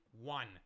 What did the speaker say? one